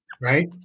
Right